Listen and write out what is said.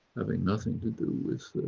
having nothing to do with